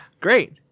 Great